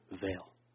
veil